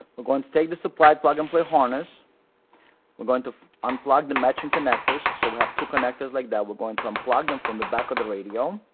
we're going to take the supplied plug-and-play harness we're going to unplug the matching connectors so we have two connectors like that we're going to unplug them from the back of the radio.